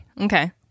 okay